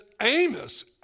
Amos